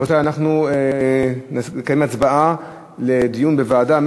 רבותי, אנחנו נקיים הצבעה על דיון בוועדה.